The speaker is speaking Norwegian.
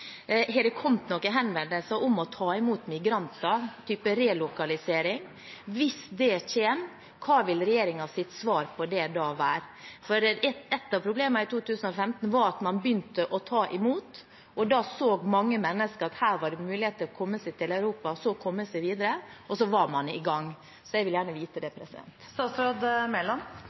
Har det kommet noen henvendelser om å ta imot migranter – av typen relokalisering? Hvis det kommer, hva vil regjeringens svar på det da være? Ett av problemene i 2015 var at man begynte å ta imot, og da så mange mennesker at det var mulig å komme seg til Europa og så komme seg videre, og så var man i gang. Jeg vil gjerne vite det.